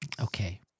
Okay